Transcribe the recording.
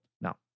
Now